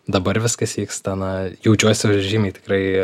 dabar viskas vyksta na jaučiuosi žymiai tikrai